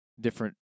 different